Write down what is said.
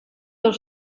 del